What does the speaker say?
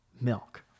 milk